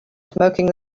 smoking